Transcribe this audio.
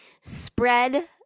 spread